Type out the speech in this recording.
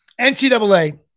NCAA